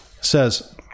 says